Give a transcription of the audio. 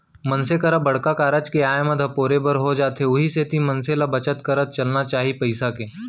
मनसे करा बड़का कारज के आय म धपोरे बर हो जाथे उहीं सेती मनसे ल बचत करत चलना चाही पइसा के